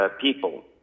people